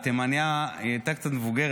התימנייה הייתה קצת מבוגרת,